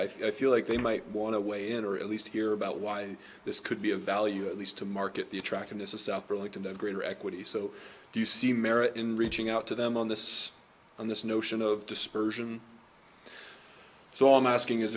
a i feel like they might want to weigh in or at least hear about why this could be of value at least to market the attractiveness of south burlington the greater equity so do you see merit in reaching out to them on this on this notion of dispersion so i'm asking is